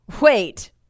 Wait